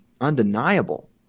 undeniable